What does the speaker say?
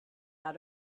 out